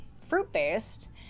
fruit-based